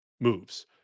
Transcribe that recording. Moves